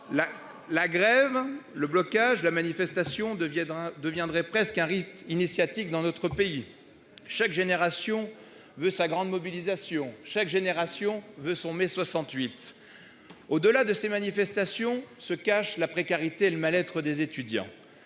la grève le blocage la manifestation deviendra deviendrait presque un rite initiatique dans notre pays. Chaque génération veut sa grande mobilisation chaque génération veut son Mai 68. Au-delà de ces manifestations, se cache la précarité, le mal-être des étudiants.